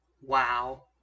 wow